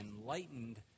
enlightened